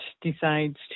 decides